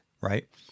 right